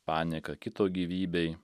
panieka kito gyvybei